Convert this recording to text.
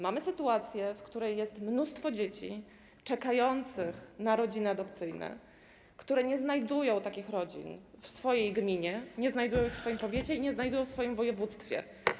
Mamy sytuację, w której jest mnóstwo dzieci czekających na rodziny adopcyjne, które nie znajdują takich rodzin w swojej gminie, nie znajdują ich w swoim powiecie i nie znajdują ich w swoim województwie.